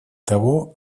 того